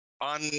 on